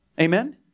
Amen